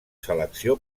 selecció